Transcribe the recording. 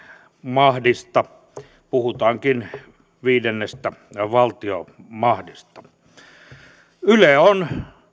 mahdista puhutaankin viidennestä valtiomahdista yle on